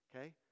Okay